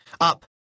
Up